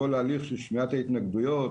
כל ההליך של שמיעת ההתנגדויות